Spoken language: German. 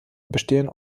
bestehen